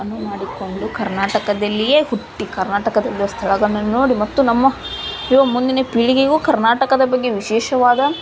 ಅನುವು ಮಾಡಿಕೊಂಡು ಕರ್ನಾಟಕದಲ್ಲಿಯೇ ಹುಟ್ಟಿ ಕರ್ನಾಟಕದಲ್ಲಿರುವ ಸ್ಥಳಗಳನ್ನು ನೋಡಿ ಮತ್ತು ನಮ್ಮ ಯುವ ಮುಂದಿನ ಪೀಳಿಗೆಗೂ ಕರ್ನಾಟಕದ ಬಗ್ಗೆ ವಿಶೇಷವಾದ